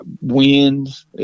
winds